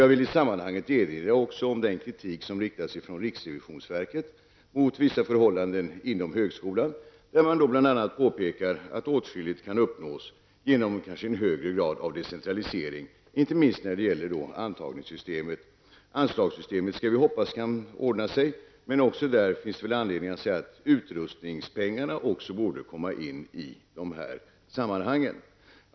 Jag vill i sammanhanget också erinra om den kritik som riktats från riksrevisionsverket mot vissa förhållanden inom högskolan. Man har bl.a. påpekat att åtskilligt kan uppnås genom en högre grad av decentralisering, inte minst när det gäller antagningssystemet. När det gäller anslagssystemet skall vi hoppas att det ordnar sig, men på den punkten finns det anledning att säga att utrustningspengarna kanske också borde komma med i bilden.